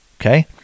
Okay